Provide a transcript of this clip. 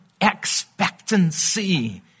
Expectancy